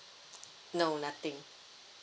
no nothing